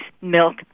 milk